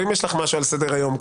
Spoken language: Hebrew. אם יש לך משהו על סדר היום,